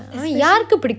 especially